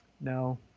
No